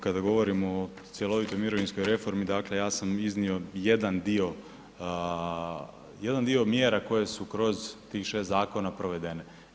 Kada govorimo o cjelovitoj mirovinskoj reformi, dakle ja sam iznio jedan dio, jedan dio mjera koje su kroz tih 6 zakona provedene.